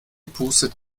pustet